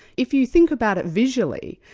if you think about it visually,